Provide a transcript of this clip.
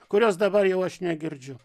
kurios dabar jau aš negirdžiu